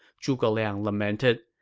zhuge liang lamented.